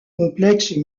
complexe